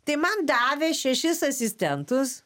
tai man davė šešis asistentus